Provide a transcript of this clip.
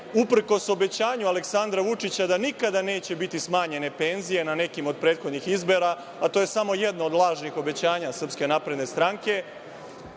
uprkos obećanju Aleksandra Vučića da nikada neće biti smanjene penzije, na nekim od prethodnih izbora, a to je samo jedno od lažnih obećanja SNS, smanjila